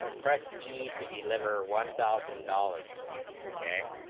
ah press e to deliver one thousand dollars a